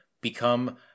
become